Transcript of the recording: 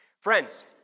Friends